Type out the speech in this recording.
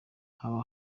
haba